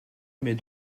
émet